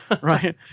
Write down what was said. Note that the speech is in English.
right